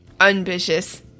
Ambitious